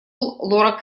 лора